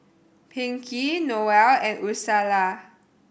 Pinkey Noelle and Ursula